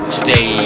Today